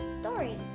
story